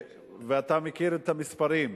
ואתה מכיר את המספרים,